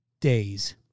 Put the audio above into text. days